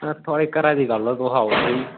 ते थुआढ़े घरा दी गल्ल ऐ तुस आओ ते सेही